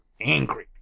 angry